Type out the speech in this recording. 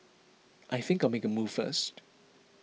I think I'll make a move first